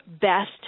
best